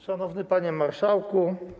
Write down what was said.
Szanowny Panie Marszałku!